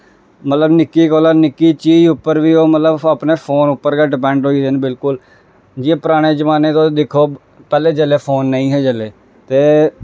मतलब निक्की कोला निक्की चीज उप्पर बी ओह् मतलब अपना फोन उप्पर गै डिपैंड होई गेदे न बिलकुल जियां पराने जमान्ने च तुस दिक्खो पैह्लें जिसलै फोन नेईं हे चले दे ते